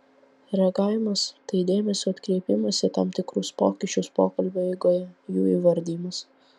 reagavimas tai dėmesio atkreipimas į tam tikrus pokyčius pokalbio eigoje jų įvardijimas